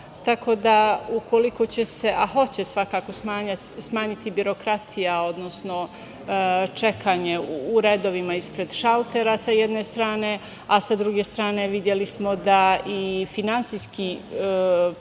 isprave. Ukoliko će se, a hoće se svakako smanjiti birokratija, odnosno čekanje u redovima ispred šaltera, sa jedne strane, a sa druge strane videli smo da i finansijski pokazatelji